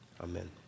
Amen